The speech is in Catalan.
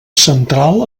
central